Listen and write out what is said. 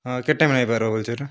ହଁ କେତେ ଟାଇମ୍ରେ ହୋଇପାରିବ ବୋଲଛେ ଏଇଟା